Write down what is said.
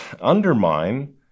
undermine